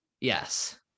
Yes